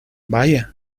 vaya